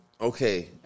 Okay